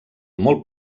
molt